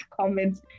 comments